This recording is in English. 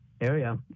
area